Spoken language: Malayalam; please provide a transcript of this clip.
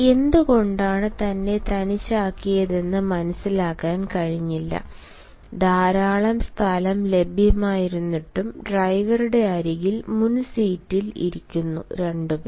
എന്തുകൊണ്ടാണ് തന്നെ തനിച്ചാക്കിയതെന്ന് മനസിലാക്കാൻ കഴിഞ്ഞില്ല ധാരാളം സ്ഥലം ലഭ്യമായിരുന്നിട്ടും ഡ്രൈവറുടെ അരികിൽ മുൻ സീറ്റിൽ ഇരിക്കുന്നു രണ്ടുപേർ